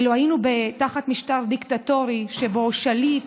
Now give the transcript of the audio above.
אילו היינו תחת משטר דיקטטורי שבו שליט,